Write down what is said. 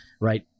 right